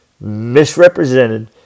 misrepresented